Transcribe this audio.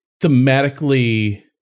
thematically